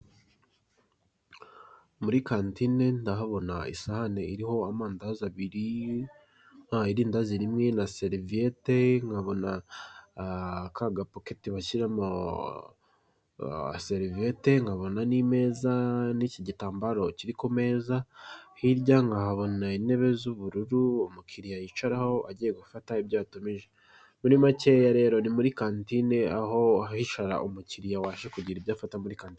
Muri kantine ndahabona isahani iriho amandazi abiri, irindazi rimwe na seriviete nkabona gapo keti bashyira serivete nkabona ni'meza n'iki gitambaro kiri ku meza, hirya nkahabona intebe z'ubururu umukiliya yicaraho agiye gufata ibyo yatumije. Muri makeya rero ni muri kantine aho ahishara umukiriya waje kugira ibyo afata muri kantine.